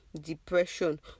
Depression